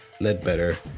Ledbetter